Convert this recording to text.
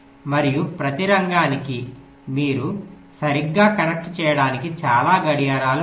మరియు ప్రతి రంగానికి మీరు సరిగ్గా కనెక్ట్ చేయడానికి చాలా గడియారాలు ఉన్నాయి